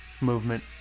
movement